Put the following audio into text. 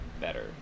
better